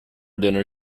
dinner